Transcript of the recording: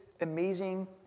amazing